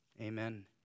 Amen